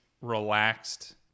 relaxed